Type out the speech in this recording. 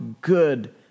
good